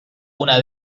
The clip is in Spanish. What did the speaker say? una